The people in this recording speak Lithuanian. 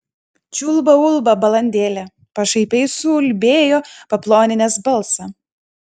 čiulba ulba balandėlė pašaipiai suulbėjo paploninęs balsą